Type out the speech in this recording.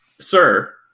sir